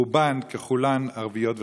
רובן ככולן ערביות וחרדיות.